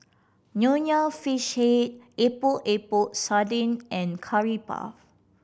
Nonya Fish Head Epok Epok Sardin and Curry Puff